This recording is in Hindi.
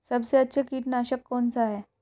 सबसे अच्छा कीटनाशक कौन सा है?